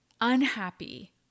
unhappy